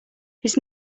his